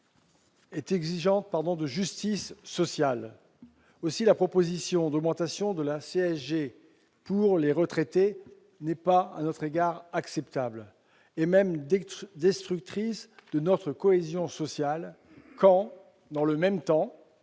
est exigeante de justice sociale. Aussi, la proposition d'augmentation de la CSG pour les retraités n'est pas, selon nous, acceptable. Elle est même destructrice de notre cohésion sociale quand, dans le même temps,